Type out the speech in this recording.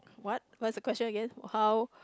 what what's the question again how